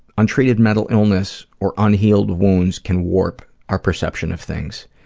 untreated mental illness or unhealed wounds can warp our perception of things.